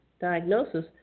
diagnosis